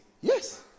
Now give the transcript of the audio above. Yes